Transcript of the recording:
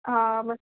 हा मस्तु